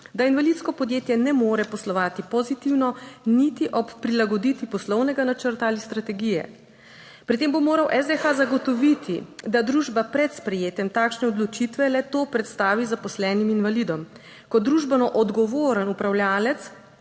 da invalidsko podjetje ne more poslovati pozitivno, niti ob prilagoditvi poslovnega načrta ali strategije. Pri tem bo moral SDH zagotoviti, da družba pred sprejetjem takšne odločitve le-to predstavi zaposlenim invalidom. Kot družbeno odgovoren upravljavec